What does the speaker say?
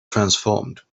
transformed